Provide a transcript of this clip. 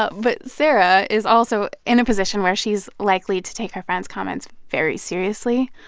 ah but sarah is also in a position where she's likely to take her friend's comments very seriously,